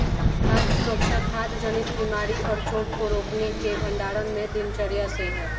खाद्य सुरक्षा खाद्य जनित बीमारी और चोट को रोकने के भंडारण में दिनचर्या से है